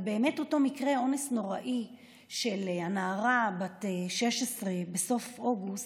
אותו מקרה אונס נוראי של הנערה בת ה-16 בסוף אוגוסט,